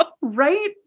right